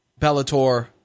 Bellator